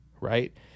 right